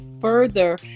further